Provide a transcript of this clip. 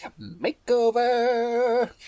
Makeover